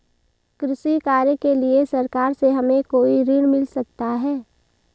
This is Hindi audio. कृषि कार्य के लिए सरकार से हमें कोई ऋण मिल सकता है?